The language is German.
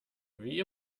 wie